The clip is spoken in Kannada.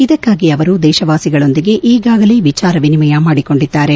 ಇದಕ್ಕಾಗಿ ಅವರು ದೇಶವಾಸಿಗಳೊಂದಿಗೆ ಈಗಾಗಲೇ ವಿಚಾರ ವಿನಿಮಯ ಮಾಡಿಕೊಂಡಿದ್ದಾರೆ